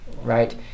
right